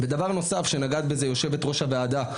ודבר נוסף שנגעת בזה, יושבת-ראש הוועדה,